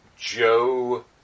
Joe